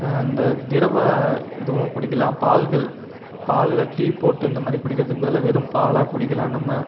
இந்த திரவ இதுவும் குடிக்கலாம் பால்கள் பாலில் டீ போட்டு இந்தமாதிரி குடிக்கிறதுக்குப் பதிலாக வெறும் பாலாக குடிக்கலாம் நம்ம